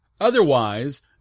Otherwise